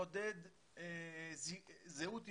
לעודד זהות יהודית,